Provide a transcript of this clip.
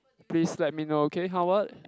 please let me know okay Howard